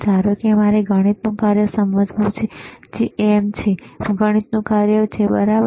ધારો કે મારે ગણિતનું કાર્ય સમજવાનું છે જે M છે ગણિતનું કાર્ય બરાબર છે